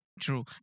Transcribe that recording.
True